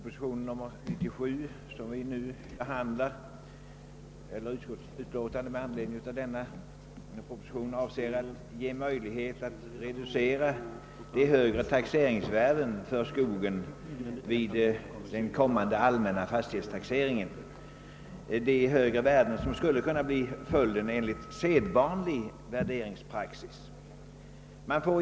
Herr talman! Propositionen nr 97 avser att ge möjlighet att vid den kommande allmänna fastighetstaxeringen reducera de högre taxeringsvärden på skogen som skulle komma i fråga enlig! sedvanlig värderingspraxis.